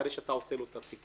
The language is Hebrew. אחרי שאתה עושה את התיקון,